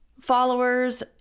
followers